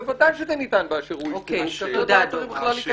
בוודאי שזה ניתן באשר הוא איש ציבור,